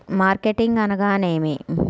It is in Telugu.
మార్కెటింగ్ అనగానేమి?